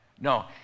No